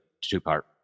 two-part